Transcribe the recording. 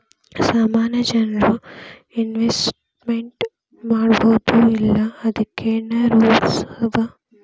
ಸಾಮಾನ್ಯ ಜನ್ರು ಇನ್ವೆಸ್ಟ್ಮೆಂಟ್ ಮಾಡ್ಬೊದೋ ಇಲ್ಲಾ ಅದಕ್ಕೇನ್ ರೂಲ್ಸವ?